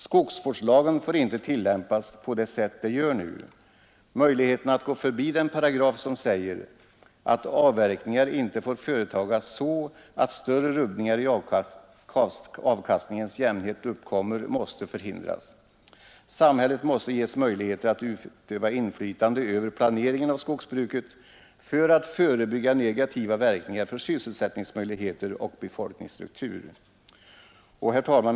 Skogsvårdslagen får inte tillämpas på det sätt som nu sker. Möjligheterna måste elimineras att gå förbi den paragraf som säger att avverkningar inte får företagas si större rubbningar i avkastningens jämnhet uppkommer. Samhället måste ges möjligheter att utöva inflytande över planeringen av skogsbru ket för att förebygga negativa verkningar för sysselsättningsmöjligheter och befolkningsstruktur. Herr talman!